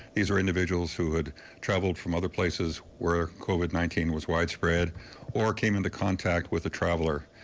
these are individuals who had traveled from other places where covid nineteen was widespread or came into contact with a traveler.